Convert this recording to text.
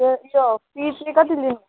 त्यो फी चाहिँ कति लिनु हुन्छ